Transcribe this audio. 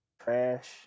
Trash